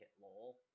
lol